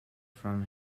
from